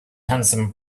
handsome